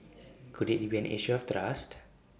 could IT be an issue of trust